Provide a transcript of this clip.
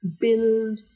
build